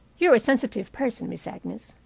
you're a sensitive person, miss agnes.